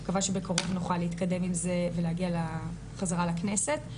אני מקווה שבקרוב נוכל להתקדם עם זה ולהגיע חזרה לכנסת.